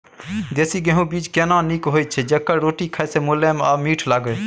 देसी गेहूँ बीज केना नीक होय छै जेकर रोटी खाय मे मुलायम आ मीठ लागय?